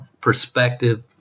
perspective